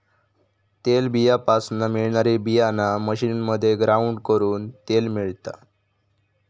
तेलबीयापासना मिळणारी बीयाणा मशीनमध्ये ग्राउंड करून तेल मिळता